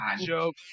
Joke